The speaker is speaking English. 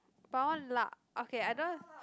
but one lah okay I don't